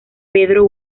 pedro